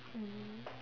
mm